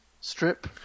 strip